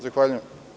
Zahvaljujem.